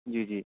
جی